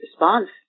response